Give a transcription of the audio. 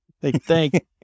thank